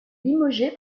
limogé